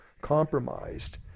compromised